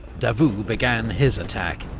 davout began his attack.